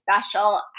special